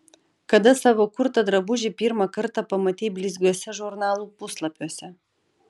kada savo kurtą drabužį pirmą kartą pamatei blizgiuose žurnalų puslapiuose